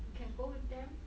you can go with them